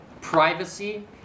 privacy